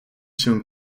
się